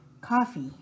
coffee